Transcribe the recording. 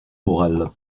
moral